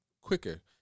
quicker